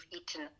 eaten